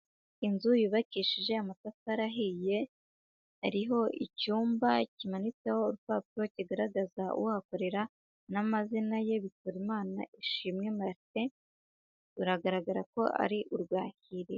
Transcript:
Inzu yubakishije amatafari ahiye, ariho icyumba kimanitseho urupapuro kigaragaza uhakorera, n'amazina ye BIKORIMANA ISHIMWE Martin, biragaragara ko ari urwakiriro..